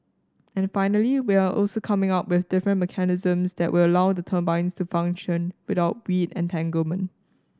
and finally we're also coming up with different mechanisms that will allow the turbines to function without weed entanglement